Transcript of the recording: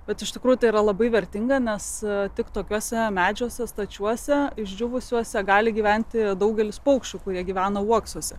bet iš tikrųjų tai yra labai vertinga nes tik tokiuose medžiuose stačiuose išdžiūvusiuose gali gyventi daugelis paukščių kurie gyvena uoksuose